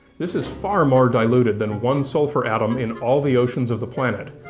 this is far more diluted than one sulphur atom in all the oceans of the planet.